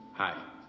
Hi